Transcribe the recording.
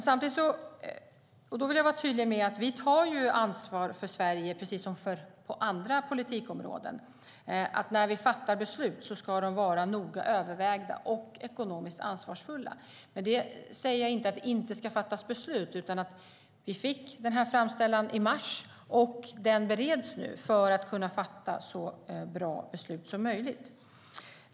Jag vill vara tydlig med att vi här tar ansvar för Sverige precis som på andra politikområden. När vi fattar beslut ska de vara noga övervägda och ekonomiskt ansvarsfulla. Med det säger jag inte att det inte ska fattas beslut. Vi fick framställan i mars. Den bereds nu för att vi ska kunna fatta så bra beslut som möjligt.